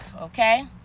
Okay